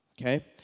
Okay